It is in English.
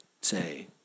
say